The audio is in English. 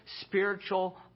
spiritual